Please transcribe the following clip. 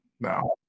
no